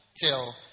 till